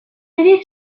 ere